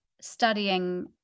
studying